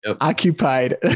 occupied